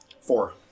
Four